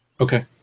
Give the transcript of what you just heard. Okay